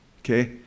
okay